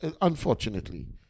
Unfortunately